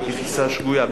היא תפיסה שגויה.